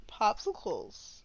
popsicles